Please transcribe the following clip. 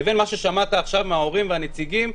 ובין מה ששמעת עכשיו מההורים והנציגים,